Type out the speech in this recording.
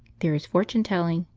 there is fortune-telling,